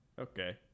Okay